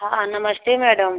हाँ नमस्ते मैडम